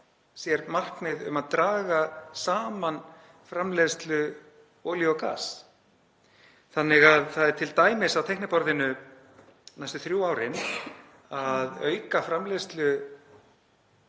sér markmið um að draga saman framleiðslu olíu og gass. Þannig er t.d. á teikniborðinu næstu þrjú árin að auka framleiðslu,